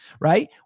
right